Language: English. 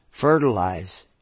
fertilize